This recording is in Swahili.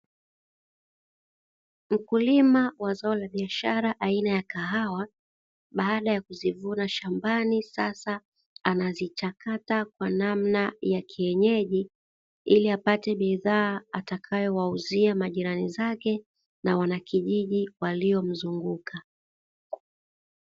Mkulima wa zao la biashara aina ya kahawa baada ya kuzivuna shambani sasa anazichakata kwa namna ya kienyeji ili apate bidhaa atakayowauzia majirani zake na wanakijiji walio mzunguka.